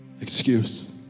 excuse